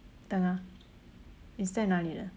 tengah it's 在哪里的